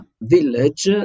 village